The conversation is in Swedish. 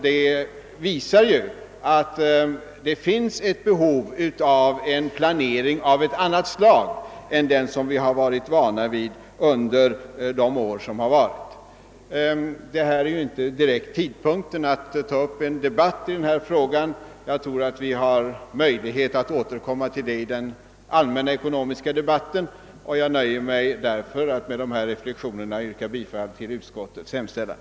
Det visar att det finns behov av en planering av annat slag än den vi varit vana vid. Detta är inte direkt tidpunkten att ta upp en debatt i denna fråga; jag tror att vi har möjlighet att återkomma härtill i den allmänna ekonomiska debatten. Jag nöjer mig därför med dessa reflexioner och ber att få yrka bifall till utskottets hemställan.